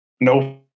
no